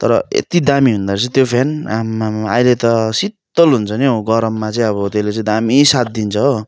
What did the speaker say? तर यति दामी हुँदो रहेछ त्यो फ्यान आम्ममामाम अहिले त शीतल हुन्छ नि हौ गरममा चाहिँ अब त्यसले चाहिँ दामी साथ दिन्छ हो